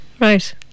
Right